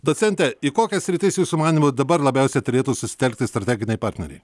docente į kokias sritis jūsų manymu dabar labiausiai turėtų susitelkti strateginiai partneriai